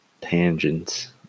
tangents